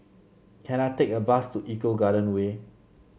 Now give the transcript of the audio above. can I take a bus to Eco Garden Way